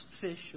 Fish